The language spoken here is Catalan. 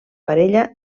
parella